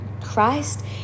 Christ